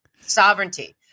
sovereignty